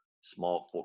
small